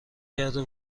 کرده